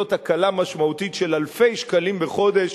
וזאת הקלה משמעותית של אלפי שקלים בחודש